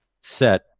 set